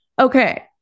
Okay